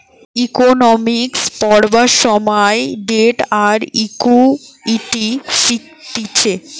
economics পড়বার সময় debt আর ইকুইটি শিখতিছে